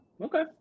Okay